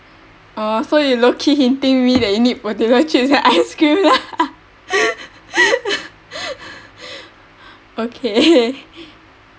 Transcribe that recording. oh so you low key hinting me that you need potato chips and ice cream lah okay